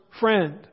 friend